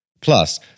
Plus